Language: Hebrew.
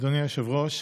אדוני היושב-ראש,